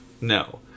No